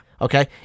Okay